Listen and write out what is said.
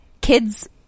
Kids